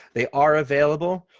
they are available,